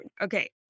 Okay